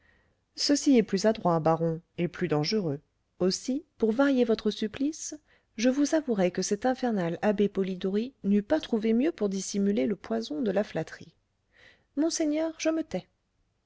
ceci est plus adroit baron et plus dangereux aussi pour varier votre supplice je vous avouerai que cet infernal abbé polidori n'eût pas trouvé mieux pour dissimuler le poison de la flatterie monseigneur je me tais